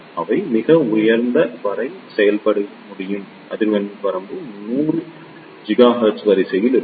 அவை மிக உயர்ந்த வரை செயல்பட முடியும் அதிர்வெண் வரம்பு 100 ஜிகாஹெர்ட்ஸ் வரிசையில் இருக்கும்